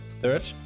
third